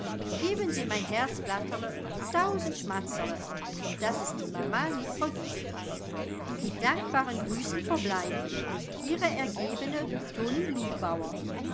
geben sie mein herzblatterl tausend schmazerl und daß es die mama nit vergißt mit dankbaren grüßen verbleib ich ihre ergebene